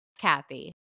Kathy